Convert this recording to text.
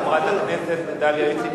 חברת הכנסת דליה איציק,